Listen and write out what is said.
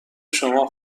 شما